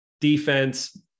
Defense